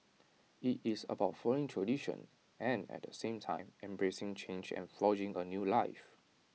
IT is about following tradition and at the same time embracing change and forging A new life